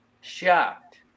Shocked